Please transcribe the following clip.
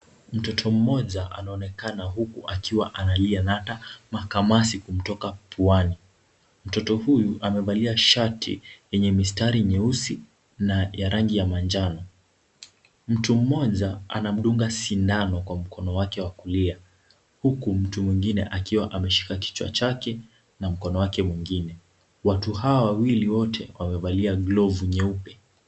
Mtoto mmoja anaonekana huku akiwa analia na hata makamasi kumtoka puani. Mtoto huyu amevalia shati lenye mistari nyeusi na ya rangi ya manjano. Mtu mmoja anamdunga sindano kwa mkono wake wa kulia huku mtu mwingine akiwa ameshika kichwa chake na mkono wake mwingine. Watu hawa wawili wote wamevalia glovu nyeupe.